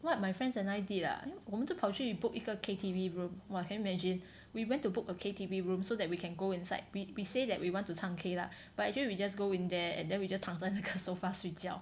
what my friends and I did lah then 我们就跑去 book 一个 K_T_V room !wah! can you imagine we went to book a K_T_V room so that we can go inside we we say that we want to 唱 K lah but actually we just go in there and then we just 躺在那个 sofa 睡觉